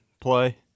play